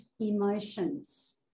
emotions